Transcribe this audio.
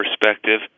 perspective